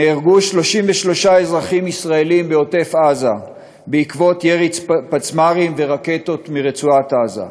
נהרגו 33 אזרחים ישראלים בעוטף-עזה מירי פצמ"רים ורקטות מרצועת-עזה.